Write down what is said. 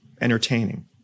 entertaining